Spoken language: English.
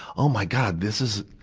oh my god! this is,